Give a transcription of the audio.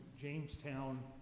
Jamestown